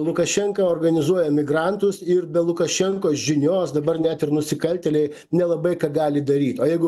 lukašenka organizuoja emigrantus ir be lukašenkos žinios dabar net ir nusikaltėliai nelabai ką gali daryt o jeigu